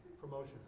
Promotion